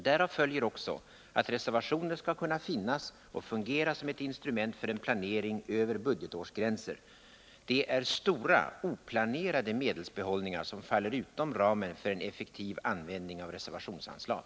Därav följer också att reservationer skall kunna finnas och fungera som ett instrument för en planering över budgetårsgränser. Det är stora oplanerade medelsbehållningar som faller utom ramen för en effektiv användning av reservätionsanslag.